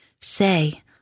say